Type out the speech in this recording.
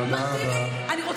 את ישרה.